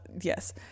yes